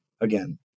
again